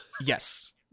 Yes